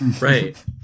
Right